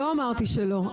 לא אמרתי שלא.